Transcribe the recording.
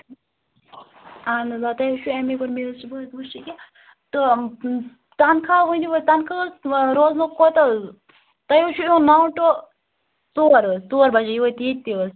اہن حظ آ تۄہہِ حظ چھُ اٮ۪م اے کوٚرمُت مےٚ حظ چھِ بہٕ حظ وٕچھِ أکیٛاہ تہٕ تنخواہ ؤنِو وَنۍ تنخواہَس روزنُک کوتاہ تۄہہِ حظ چھُ یِوَان نَو ٹُو ژور حظ ژور بجے وٲتۍ ییٚتہِ تہِ حظ